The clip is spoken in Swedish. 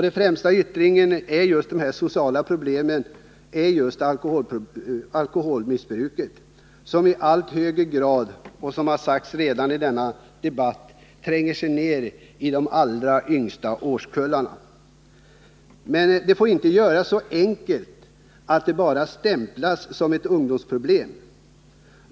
Den främsta yttringen av de sociala problemen är just alkoholmissbruket, som i allt högre grad — vilket redan har framhållits i denna debatt — tränger ned i de allra yngsta årskullarna. Men det får inte göras så enkelt att det bara stämplas som ett ungdomsproblem.